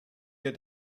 wir